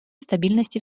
стабильности